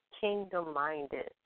kingdom-minded